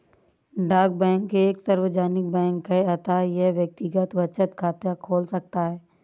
डाक बैंक एक सार्वजनिक बैंक है अतः यह व्यक्तिगत बचत खाते खोल सकता है